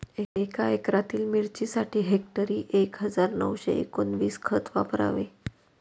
एका एकरातील मिरचीसाठी हेक्टरी एक हजार नऊशे एकोणवीस खत वापरावे